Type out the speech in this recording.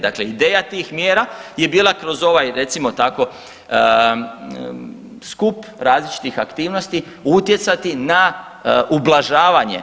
Dakle, ideja tih mjera je bila kroz ovaj recimo tako skup različitih aktivnosti utjecati na ublažavanje.